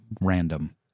random